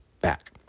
back